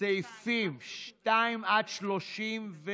סעיפים 2 38,